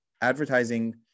advertising